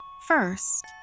First